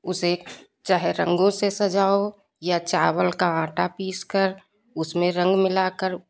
उसे चाहे रंगों से सजाओ या चावल का आटा पीस कर उसमें रंग मिलाकर